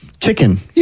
Chicken